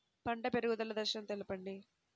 పంట పెరుగుదల దశలను తెలపండి?